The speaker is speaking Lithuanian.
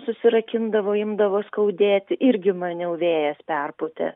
susirakindavo imdavo skaudėti irgi maniau vėjas perpūtė